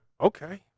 okay